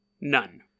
None